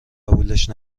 قبولش